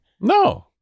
No